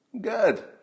good